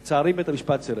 לצערי, בית-המשפט סירב,